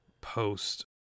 post